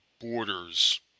borders